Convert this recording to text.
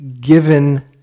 given